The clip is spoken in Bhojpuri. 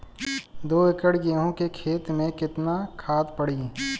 दो एकड़ गेहूँ के खेत मे केतना खाद पड़ी?